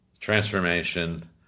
transformation